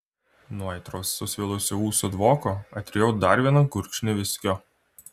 nuo aitraus susvilusių ūsų dvoko atrijau dar vieną gurkšnį viskio